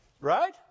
Right